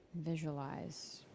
Visualize